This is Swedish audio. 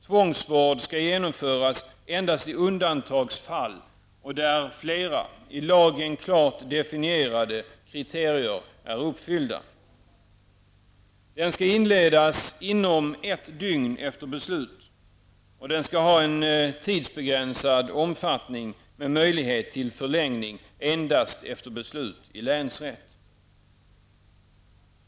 Tvångsvård skall genomföras endast i undantagsfall och där flera -- i lagen klart definierade -- kriterier är uppfyllda. Den skall inledas inom ett dygn efter beslut, och den skall ha en tidsbegränsad omfattning, med möjlighet till förlängning endast efter beslut i länsrätt.